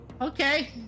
Okay